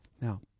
Now